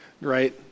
right